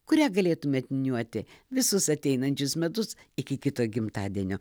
kurią galėtumėt niuoti visus ateinančius metus iki kito gimtadienio